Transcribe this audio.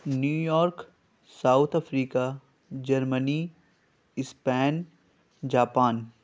New York South Africa Germany Spain Japan